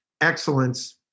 excellence